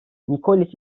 nikoliç